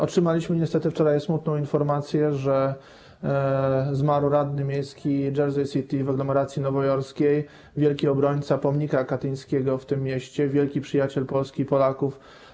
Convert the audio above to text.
Otrzymaliśmy niestety wczoraj smutną informację, że zmarł radny miejski Jersey City w aglomeracji nowojorskiej, wielki obrońca Pomnika Katyńskiego w tym mieście, wielki przyjaciel Polski i Polaków.